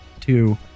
Two